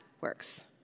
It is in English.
works